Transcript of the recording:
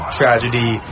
tragedy